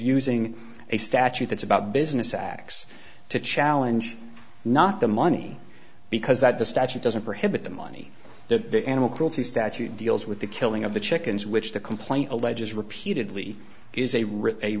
using a statute that's about business x to challenge not the money because that the statute doesn't prohibit the money the animal cruelty statute deals with the killing of the chickens which the complaint alleges repeatedly is a